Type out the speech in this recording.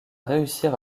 réussir